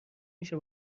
میشه